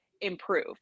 improve